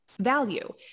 value